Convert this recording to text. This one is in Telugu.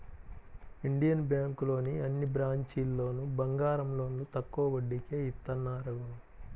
ఇండియన్ బ్యేంకులోని అన్ని బ్రాంచీల్లోనూ బంగారం లోన్లు తక్కువ వడ్డీకే ఇత్తన్నారు